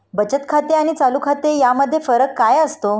बचत खाते आणि चालू खाते यामध्ये फरक काय असतो?